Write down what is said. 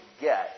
get